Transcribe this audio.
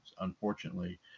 unfortunately